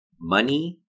Money